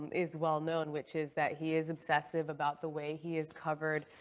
is well known, which is that he is obsessive about the way he is covered.